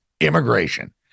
immigration